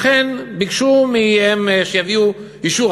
לכן ביקשו מהם שיביאו אישור,